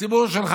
והציבור שלך,